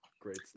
great